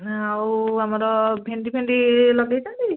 ଆଉ ଆମର ଭେଣ୍ଡିଫେଣ୍ଡି ଲଗେଇଛନ୍ତି